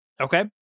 okay